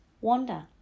wander